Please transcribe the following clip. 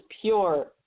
pure